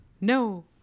no